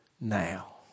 now